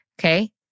Okay